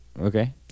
Okay